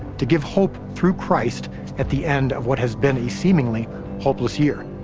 to give hope through christ at the end of what has been a seemingly hopeless year.